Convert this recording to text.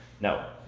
no